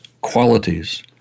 qualities